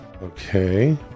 Okay